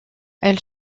elle